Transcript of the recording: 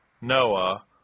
Noah